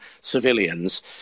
civilians